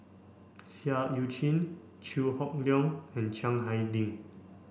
Seah Eu Chin Chew Hock Leong and Chiang Hai Ding